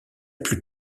plus